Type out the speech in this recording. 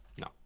No